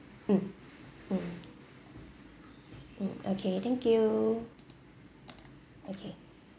mm mm mm okay thank you okay